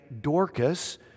Dorcas